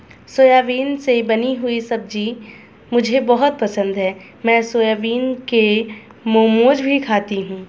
soybean से बनी हुई सब्जी मुझे बहुत पसंद है मैं सोयाबीन के मोमोज भी खाती हूं